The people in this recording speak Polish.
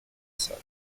sara